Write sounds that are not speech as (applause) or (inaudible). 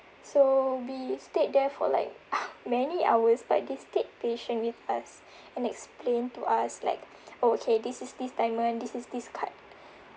so we stayed there for like (noise) many hours but they stayed patient with us and explain to us like oh okay this is this diamond this is this cut